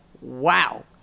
wow